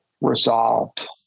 resolved